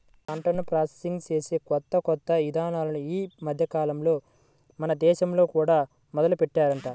పంటను ప్రాసెసింగ్ చేసే కొత్త కొత్త ఇదానాలు ఈ మద్దెకాలంలో మన దేశంలో కూడా మొదలుబెట్టారంట